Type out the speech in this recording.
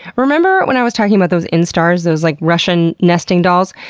remember when i was talking about those instars, those like russian nesting dolls?